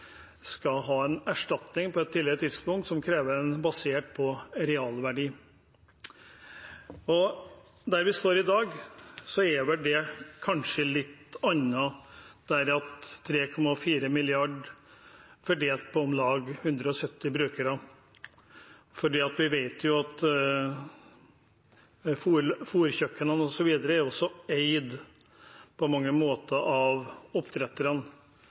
erstatning på et tidligere tidspunkt som er basert på realverdi. Der vi står i dag, er vel det kanskje litt annet, 3,4 mrd. kr fordelt på om lag 170 brukere, for vi vet at fôrkjøkkenene osv. også på mange måter er eid av oppdretterne.